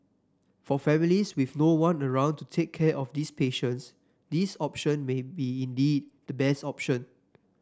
for families with no one around to take care of these patients this option may be indeed the best option